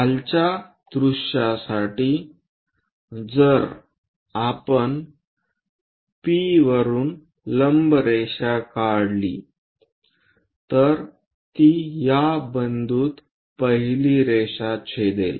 खालच्या दृश्यासाठी जर आपण P वरून लंब रेषा काढली तर ती या बिंदूत पहिली रेषा छेदेल